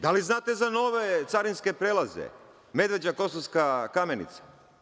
Da li znate za nove carinske prelaze – Medveđa-Kosovska Kamenica?